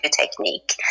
technique